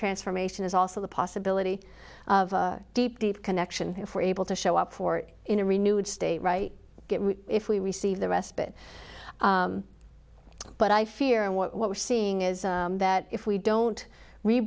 transformation is also the possibility of a deep deep connection if we're able to show up for it in a renewed state right if we receive the respite but i fear and what we're seeing is that if we don't